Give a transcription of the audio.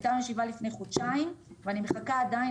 הייתה לנו ישיבה לפני חודשיים ואני מחכה עדיין